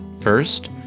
First